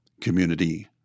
community